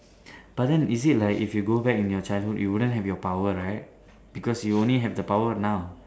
but then you see like if you go back in your childhood you wouldn't have your power right because you only have the power now